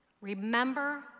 Remember